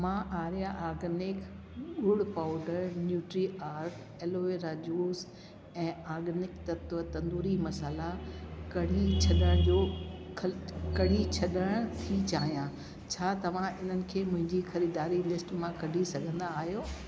मां आर्या आर्गेनिक गुड़ powder nutri और एलोवेरा जूस ऐं आर्गेनिक तत्त्व तंदूरी मसाला कढी छॾण जो कढ़ी छॾण थी चाहियां छा तव्हां इन्हनि खे मुंहिंजी ख़रीदारी लिस्ट मां कढी सघंदा आहियो